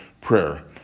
prayer